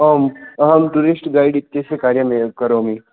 ओम् अहं tourist guide इत्यस्य कार्यम् एव करोमि